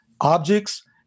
objects